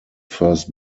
first